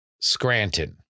Scranton